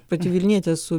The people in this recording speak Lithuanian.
pati vilnietė esu